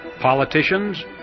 politicians